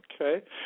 Okay